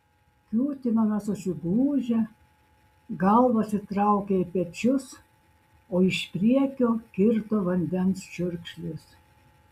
kiūtinome susigūžę galvas įtraukę į pečius o iš priekio kirto vandens čiurkšlės